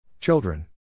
Children